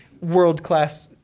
world-class